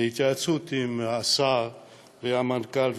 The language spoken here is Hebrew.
בהתייעצות עם השר והמנכ"ל,